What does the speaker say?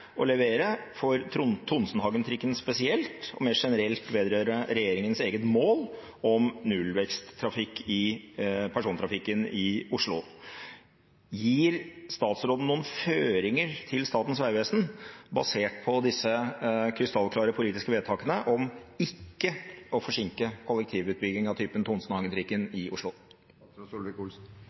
å levere, spesielt for Tonsenhagen-trikken og mer generelt vedrørende regjeringens eget mål om nullvekst i personbiltrafikken i Oslo? Gir statsråden noen føringer til Statens vegvesen basert på disse krystallklare politiske vedtakene om ikke å forsinke kollektivutbygging av typen Tonsenhagen-trikken i Oslo? Vegvesenet skal være fagfolk som skal være med og